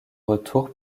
retour